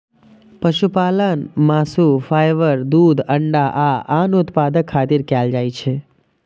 पशुपालन मासु, फाइबर, दूध, अंडा आ आन उत्पादक खातिर कैल जाइ छै